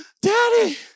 Daddy